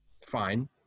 fine